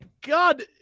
God